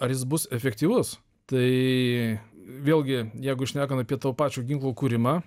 ar jis bus efektyvus tai vėlgi jeigu šnekant apie to pačio ginklų kūrimą